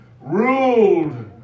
ruled